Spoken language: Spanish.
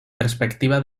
perspectiva